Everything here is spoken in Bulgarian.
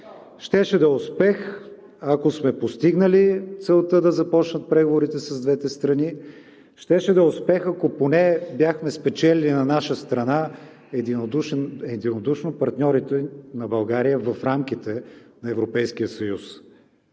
Щеше да е успех, ако сме постигнали целта да започнат преговорите, щеше да е успех ако поне бяхме спечелили на наша страна единодушно партньорите на България в рамките на Европейския съюз.